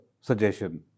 suggestion